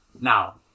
Now